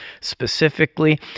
specifically